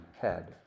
head